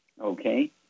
Okay